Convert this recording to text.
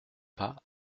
pas